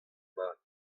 mat